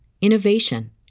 innovation